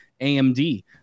AMD